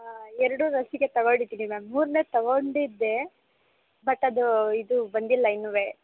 ಎರಡೂ ಲಸಿಕೆ ತಗೊಂಡಿದ್ದೀನಿ ಮ್ಯಾಮ್ ಮೂರನೇದು ತಗೊಂಡಿದ್ದೆ ಬಟ್ ಅದು ಇದು ಬಂದಿಲ್ಲ ಇನ್ನೂ